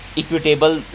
equitable